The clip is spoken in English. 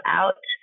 out